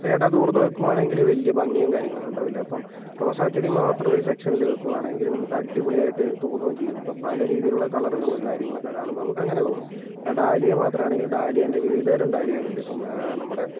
ഇപ്പോൾ ഇടതൂർന്ന് നിൽക്കുകയാണെങ്കിൽ വലിയ ഭംഗിയും കാര്യങ്ങൾ ഒന്നും ഉണ്ടാവില്ല അപ്പോൾ റോസാ ചെടി മാത്രം ഒരു സെക്ഷനിൽ വയ്ക്കുകയാണെങ്കിൽ നമുക്ക് അടിപൊളി ആയിട്ട് തോന്നുകയും ചെയ്യും ഇപ്പോൾ പല രീതിയിലുള്ള കളറുകൾ കാര്യങ്ങളൊക്കെ കാണുമ്പോൾ നമുക്ക് അങ്ങനെ തോന്നും ഇപ്പോൾ ഡാലിയ മാത്രം ആണെങ്കിൽ ഡാലിയേൻ്റെ വിവിധ തരം ഡാലിയകൾ ഉണ്ട് ഇപ്പോൾ നമ്മുടെ